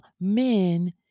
men